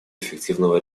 эффективного